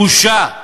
בושה.